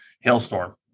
hailstorm